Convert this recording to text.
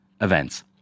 events